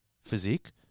physique